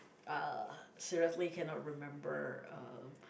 uh seriously cannot remember uh